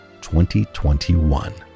2021